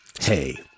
hey